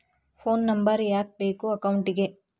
Phone number ಯಾಕೆ ಬೇಕು ಅಕೌಂಟಿಗೆ?